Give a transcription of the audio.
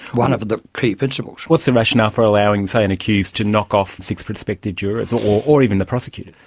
one of the key principles. what is the rationale for allowing, say, an accused to knock off six prospective jurors or or even the prosecutor?